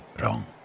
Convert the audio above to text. wrong